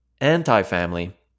anti-family